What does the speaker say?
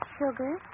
sugar